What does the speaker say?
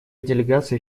делегация